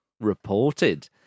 Reported